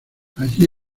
allí